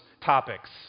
topics